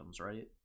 right